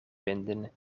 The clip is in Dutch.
vinden